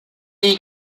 est